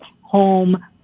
home